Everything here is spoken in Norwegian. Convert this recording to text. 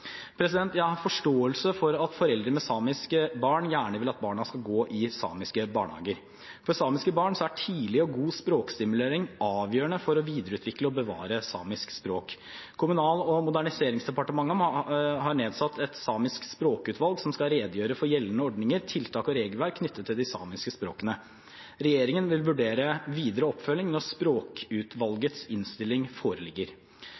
Jeg har forståelse for at foreldre med samiske barn gjerne vil at barna skal gå i samiske barnehager. For samiske barn er tidlig og god språkstimulering avgjørende for å videreutvikle og bevare samisk språk. Kommunal- og moderniseringsdepartementet har nedsatt et samisk språkutvalg som skal redegjøre for gjeldende ordninger, tiltak og regelverk knyttet til de samiske språkene. Regjeringen vil vurdere videre oppfølging når språkutvalgets innstilling foreligger.